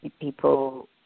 people